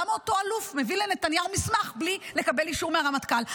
למה אותו אלוף מביא לנתניהו מסמך בלי לקבל אישור מהרמטכ"ל.